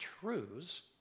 truths